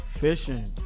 Fishing